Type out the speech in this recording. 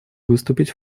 выступить